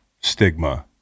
stigma